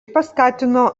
paskatino